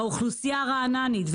האוכלוסייה הרעננית,